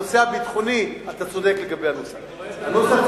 הנושא הביטחוני, אתה צודק לגבי הנוסח.